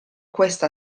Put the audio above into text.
questa